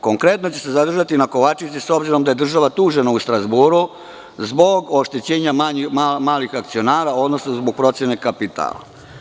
Konkretno ću se zadržati na Kovačici, s obzirom da je država tužena u Strazburu zbog oštećenja malih akcionara, odnosno zbog procene kapitala.